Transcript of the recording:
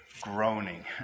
Groaning